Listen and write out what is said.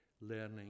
learning